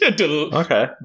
Okay